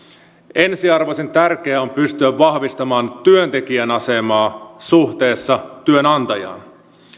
ensiarvoisen tärkeää on pystyä vahvistamaan työntekijän asemaa suhteessa työnantajaan